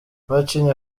bacinye